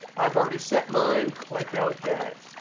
i've already set mine. click ok.